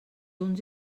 uns